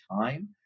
time